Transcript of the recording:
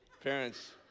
Parents